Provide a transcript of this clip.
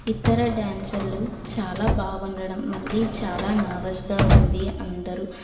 ఇతర డాన్సర్లు చాలా బాగుండడం మళ్ళీ చాలా నెర్వస్గా ఉంది అందరూ